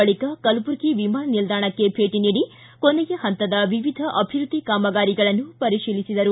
ಬಳಿಕ ಕಲಬುರಗಿ ವಿಮಾನ ನಿಲ್ದಾಣಕ್ಕೆ ಭೇಟಿ ನೀಡಿ ಕೊನೆಯ ಪಂತದ ವಿವಿಧ ಅಭಿವೃದ್ದಿ ಕಾಮಗಾರಿಗಳನ್ನು ಪರಿಶೀಲಿಸಿದರು